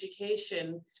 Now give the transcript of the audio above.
Education